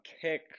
kick